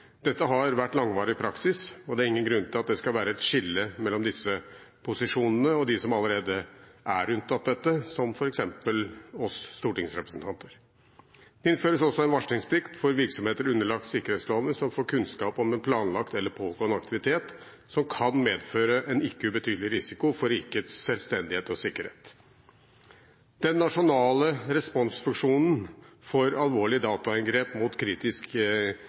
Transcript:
Dette har vært en langvarig praksis, og det er ingen grunn til at det skal være et skille mellom disse posisjonene og de som allerede er unntatt dette, som f.eks. oss stortingsrepresentanter. Det innføres også en varslingsplikt for virksomheter underlagt sikkerhetsloven som får kunnskap om en planlagt eller pågående aktivitet som kan medføre en ikke ubetydelig risiko for rikets selvstendighet og sikkerhet. Den nasjonale responsfunksjonen for alvorlige dataangrep mot kritisk